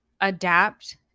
adapt